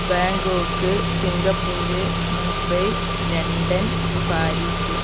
Bangkok Singapore Mumbai London Paris